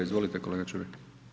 Izvolite kolega Čuraj.